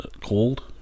called